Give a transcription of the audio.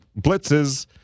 blitzes